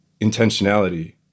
intentionality